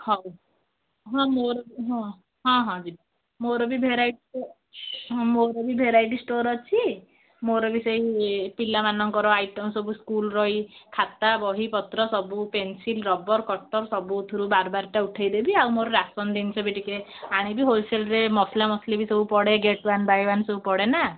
ହଉ ହଁ ମୋର ହଁ ହଁ ଯିବି ମୋର ବି ଭେରାଇଟି ହଁ ମୋର ବି ଭେରାଇଟି ଷ୍ଟୋର ଅଛି ମୋର ବି ସେଇ ପିଲାମାନଙ୍କର ଆଇଟମ୍ ସବୁ ସ୍କୁଲ୍ର ଏଇ ଖାତା ବହି ପତ୍ର ସବୁ ପେନ୍ସିଲ୍ ରବର କଟର ସବୁଥୁରୁ ବାର ବାରଟା ଉଠେଇ ଦେବି ଆଉ ମୋର ରାସନ୍ ଜିନିଷ ବି ଟିକେ ଆଣିବି ହୋଲ୍ସେଲ୍ରେ ମସଲା ମସିଲି ବି ସବୁ ପଡ଼େ ଗେଟ୍ ୱାନ୍ ବାଏ ୱାନ୍ ସବୁ ପଡ଼େ ନା